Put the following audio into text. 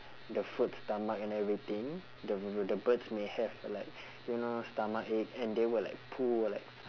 the food stomach and everything the bir~ bir~ the birds may have like you know stomachache and they will like poo like